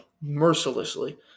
Mercilessly